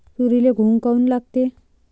तुरीले घुंग काऊन लागते?